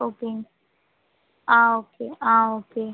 okay ah okay ah okay